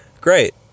Great